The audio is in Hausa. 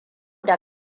da